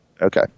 Okay